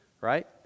right